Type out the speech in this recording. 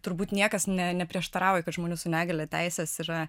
turbūt niekas ne neprieštarauja kad žmonių su negalia teisės yra